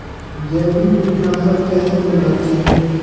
जैविक कीटनाशक कैसे बनाते हैं?